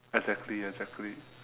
exactly exactly